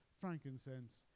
frankincense